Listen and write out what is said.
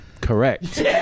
Correct